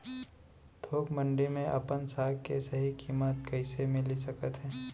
थोक मंडी में अपन साग के सही किम्मत कइसे मिलिस सकत हे?